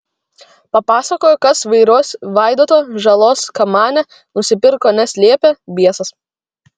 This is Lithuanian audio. papasakojo kas vairuos vaidoto žalos kamanę nusipirko nes liepė biesas